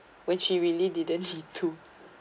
when she really didn't need to